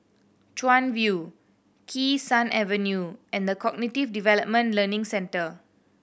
Chuan View Kee Sun Avenue and The Cognitive Development Learning Centre